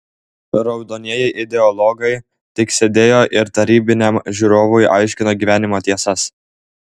raudonieji ideologai tik sėdėjo ir tarybiniam žiūrovui aiškino gyvenimo tiesas